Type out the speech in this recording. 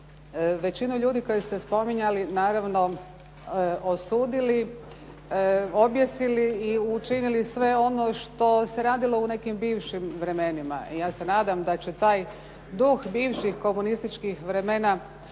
većinu ljudi koje ste spominjali, naravno osudili, objesili i učinili sve ono što se radilo u nekim bivšim vremenima, i ja se nadam da će taj duh bivših komunističkih vremena